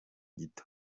gito